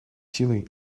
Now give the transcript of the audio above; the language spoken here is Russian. силой